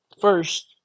First